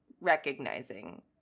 recognizing